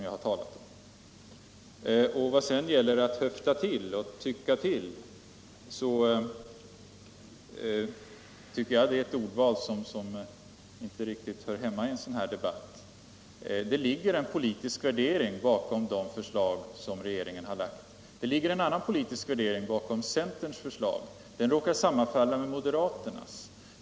Vad gäller att ”höfta till” och att ”tycka till” anser jag att detta är ordval som inte riktigt hör hemma i en sådan här debatt. Det ligger en politisk värdering bakom de förslag som regeringen har lagt fram. Det ligger en annan politisk värdering bakom centerns förslag. Den råkar sammanfalla med moderaternas.